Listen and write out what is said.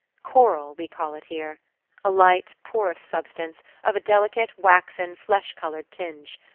korl we call it here a light, porous substance, of a delicate, waxen, flesh-colored tinge.